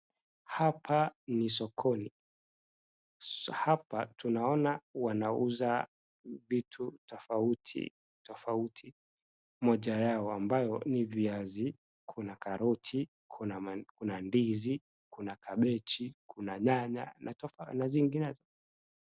Hapa ni sokoni, hapa tunaona wanauza vitu tofauti tofauti, moja yao ambayo ni viazi, kuna karoti , kuna ndizi kuna cabbage , kuna nyanya na zinginezo.